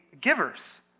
givers